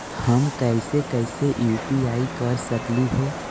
हम कैसे कैसे यु.पी.आई कर सकली हे?